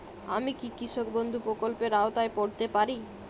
আমি কি কৃষক বন্ধু প্রকল্পের আওতায় পড়তে পারি?